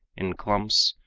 in clumps,